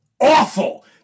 awful